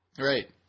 Right